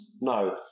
no